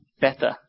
better